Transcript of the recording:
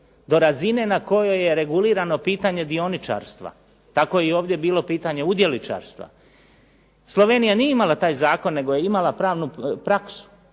do razine na kojoj je regulirano pitanje dioničarstva. Tako je i ovdje bilo pitanje udjeličarstva. Slovenija nije imala taj zakon, nego je imala pravnu praksu.